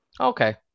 Okay